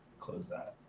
close that.